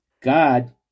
God